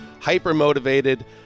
hyper-motivated